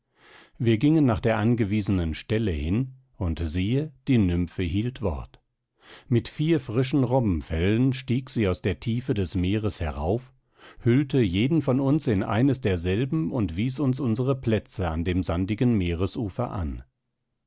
wir gingen nach der angewiesenen stelle hin und siehe die nymphe hielt wort mit vier frischen robbenfellen stieg sie aus der tiefe des meeres herauf hüllte jeden von uns in eines derselben und wies uns unsere plätze an dem sandigen meeresufer an